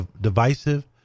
divisive